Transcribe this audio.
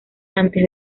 antes